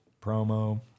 promo